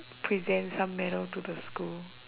present some medal to the school